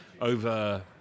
over